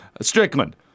Strickland